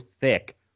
thick